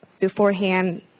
beforehand